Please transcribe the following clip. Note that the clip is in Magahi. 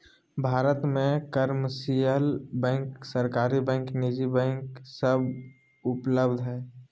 भारत मे कमर्शियल बैंक, सरकारी बैंक, निजी बैंक सब उपलब्ध हय